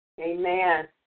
Amen